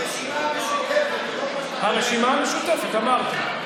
הרשימה המשותפת, הרשימה המשותפת, אמרתי.